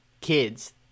kids